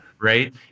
right